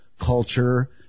culture